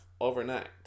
overnight